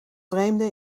vreemde